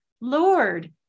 Lord